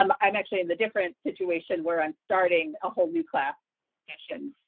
um i'm actually in the different situation where i'm starting a whole new class session,